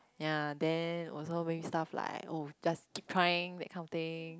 ya then also very stuff like oh just keep trying that kind of thing